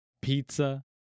pizza